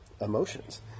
emotions